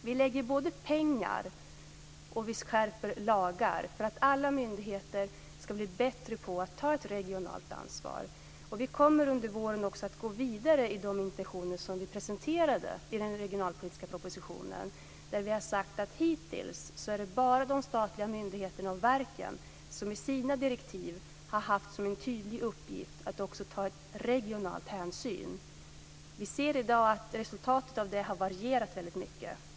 Vi lägger både pengar och skärper lagar för att alla myndigheter ska bli bättre på att ta ett regionalt ansvar. Vi kommer under våren att gå vidare med de intentioner som vi presenterade i den regionalpolitiska propositionen, där vi har sagt att det hittills bara är de statliga myndigheterna och verken som i sina direktiv har haft som en tydlig uppgift att också ta regional hänsyn. Vi ser i dag att resultatet av detta har varierat väldigt mycket.